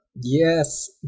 Yes